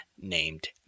named